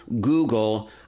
Google